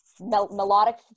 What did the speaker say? melodic